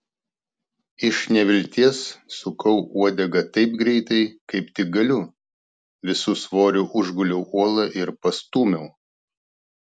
iš nevilties sukau uodegą taip greitai kaip tik galiu visu svoriu užguliau uolą ir pastūmiau